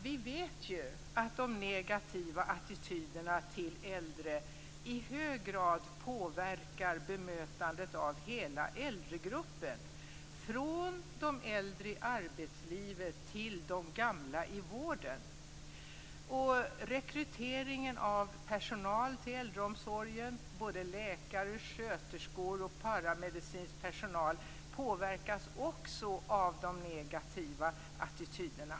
Vi vet ju att de negativa attityderna till äldre i hög grad påverkar bemötandet av hela äldregruppen från de äldre i arbetslivet till de gamla i vården. Rekryteringen av personal till äldreomsorgen, såväl läkare och sköterskor som paramedicinsk personal, påverkas också av de negativa attityderna.